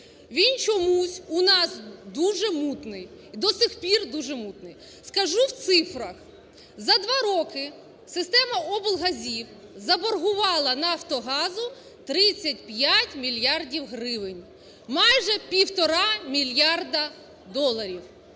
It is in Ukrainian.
Він чомусь у нас дуже мутний. І до сих пір дуже мутний. Скажу в цифрах. За 2 роки система облгазів заборгувала "Нафтогазу" 35 мільярдів гривень, майже півтора мільярда доларів.